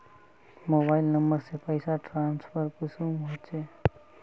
Mobile number से पैसा transfer कुंसम होचे?